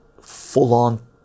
full-on